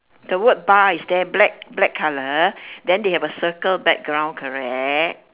the word bar is there black black colour then they have a circle background correct